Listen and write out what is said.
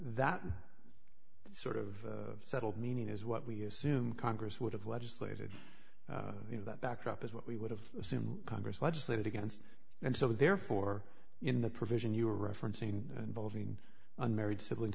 that sort of settled meaning is what we assume congress would have legislated you know that backdrop is what we would have assumed congress legislated against and so therefore in the provision you were referencing involving unmarried siblings